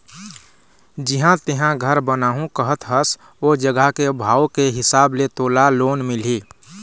जिहाँ तेंहा घर बनाहूँ कहत हस ओ जघा के भाव के हिसाब ले तोला लोन मिलही